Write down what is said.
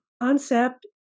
concept